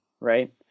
right